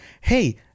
Hey